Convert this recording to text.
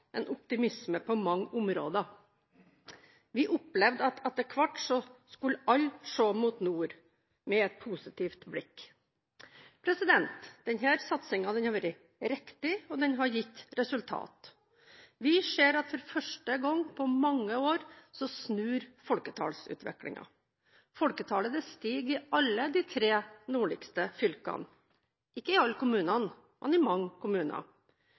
en optimisme på mange områder. Vi opplevde at etter hvert skulle alle se mot nord – med et positivt blikk. Denne satsingen har vært riktig, og den har gitt resultat. Vi ser at for første gang på mange år snur folketallsutviklingen. Folketallet stiger i alle de tre nordligste fylkene – ikke i alle kommunene, men i mange kommuner.